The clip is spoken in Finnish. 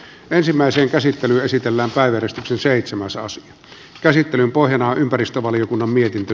ensimmäisen käsittely esitellään väyrystäkin seitsemäsosan käsittelyn pohjana on ympäristövaliokunnan mietintö